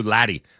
Laddie